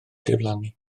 diflannu